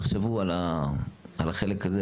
תחשבו על החלק הזה,